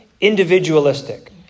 individualistic